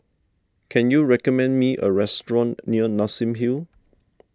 can you recommend me a restaurant near Nassim Hill